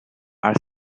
are